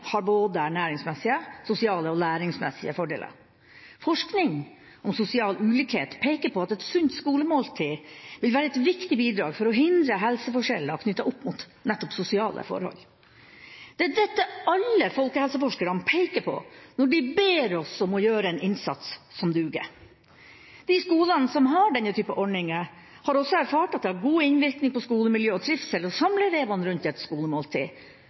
har både ernæringsmessige, sosiale og læringsmessige fordeler. Forskning om sosial ulikhet peker på at et sunt skolemåltid vil være et viktig bidrag til å hindre helseforskjeller knyttet opp mot nettopp sosiale forhold. Det er dette alle folkehelseforskerne peker på når de ber oss om å gjøre en innsats som duger. De skolene som har denne typen ordninger, har også erfart at det har god innvirkning på skolemiljø og trivsel å samle elevene rundt et skolemåltid.